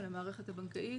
על המערכת הבנקאית,